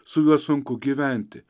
su juo sunku gyventi